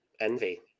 Envy